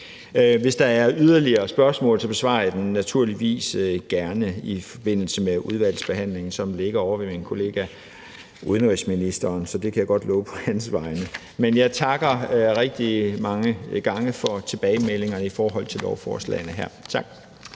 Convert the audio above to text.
Hvis der er yderligere spørgsmål, besvarer jeg dem naturligvis gerne i forbindelse med udvalgsbehandlingen, som ligger ovre hos min kollega, udenrigsministeren; det kan jeg godt love på hans vegne. Men jeg takker rigtig mange gange for tilbagemeldingerne i forhold til forslagene her. Tak.